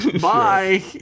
Bye